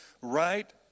right